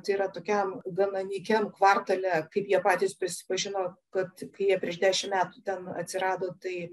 tai yra tokiam gana nykiam kvartale kaip jie patys prisipažino kad kai jie prieš dešimt metų ten atsirado tai